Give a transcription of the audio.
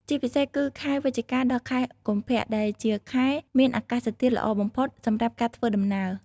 ជាពិសេសគឺខែវិច្ឆិកា ដល់ខែកុម្ភៈ ដែលជាខែមានអាកាសធាតុល្អបំផុតសម្រាប់ការធ្វើដំណើរ។